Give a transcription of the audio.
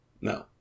No